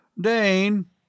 Dane